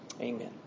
Amen